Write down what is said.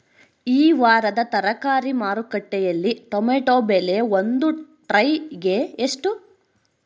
ಈ ವಾರದ ತರಕಾರಿ ಮಾರುಕಟ್ಟೆಯಲ್ಲಿ ಟೊಮೆಟೊ ಬೆಲೆ ಒಂದು ಟ್ರೈ ಗೆ ಎಷ್ಟು?